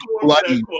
bloody